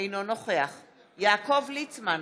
אינו נוכח יעקב ליצמן,